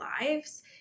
lives